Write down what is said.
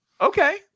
okay